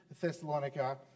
Thessalonica